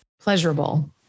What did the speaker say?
pleasurable